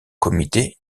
comité